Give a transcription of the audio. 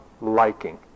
liking